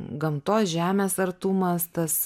gamtos žemės artumas tas